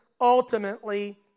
ultimately